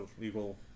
legal